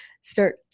start